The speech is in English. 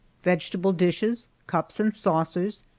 vegetable dishes, cups and saucers,